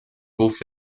group